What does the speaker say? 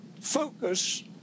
focus